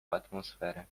atmosferę